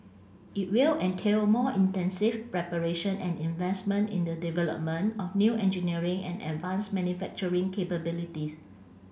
it will entail more intensive preparation and investment in the development of new engineering and advanced manufacturing capabilities